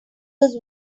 his